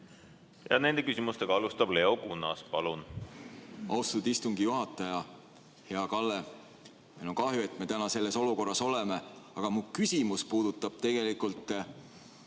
Nende küsimustega alustab Leo Kunnas. Palun! Austatud istungi juhataja! Hea Kalle! Meil on kahju, et me täna selles olukorras oleme. Aga mu küsimus puudutab strateegiat